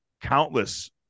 countless